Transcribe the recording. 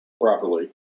properly